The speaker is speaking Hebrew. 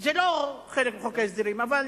זה לא חלק מחוק ההסדרים, אבל